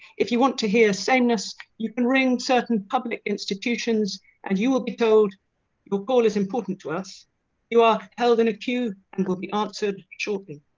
if you want to hear sameness you can ring certain public institutions and you will be told your call is important to us you are held in a queue and will be answered shortly.